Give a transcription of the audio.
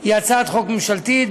היא הצעת חוק ממשלתית.